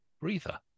breather